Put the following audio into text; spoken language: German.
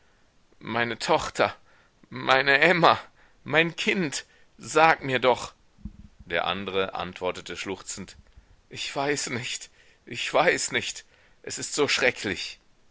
meine tochter meine emma mein kind sag mir doch der andre antwortete schluchzend ich weiß nicht ich weiß nicht es ist so schrecklich